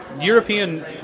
European